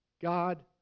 God